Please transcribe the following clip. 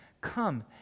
Come